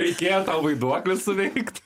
reikėjo tau vaiduoklį suveikt